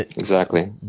exactly.